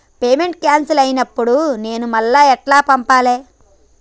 Payment cancel అయినపుడు నేను మళ్ళా ఎట్ల పంపాలే?